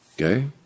Okay